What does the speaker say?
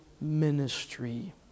ministry